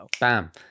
bam